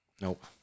nope